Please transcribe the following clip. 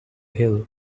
hill